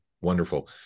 Wonderful